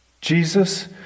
Jesus